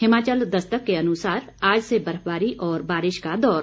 हिमाचल दस्तक के अनुसार आज से बर्फबारी और बारिश का दौर